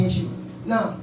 Now